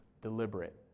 deliberate